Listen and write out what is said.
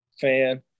fan